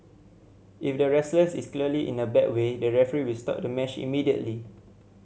if the wrestlers is clearly in a bad way the referee will stop the match immediately